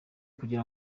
kugira